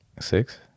six